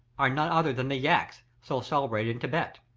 are no other than the yaks, so celebrated in thibet.